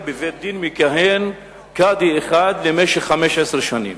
בבית-דין מכהן קאדי אחד במשך 15 שנים?